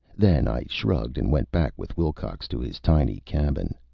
then i shrugged, and went back with wilcox to his tiny cabin.